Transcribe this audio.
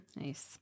Nice